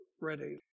ready